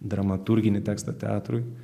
dramaturginį tekstą teatrui